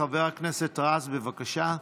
חבר הכנסת רז, בבקשה.